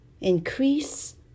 Increase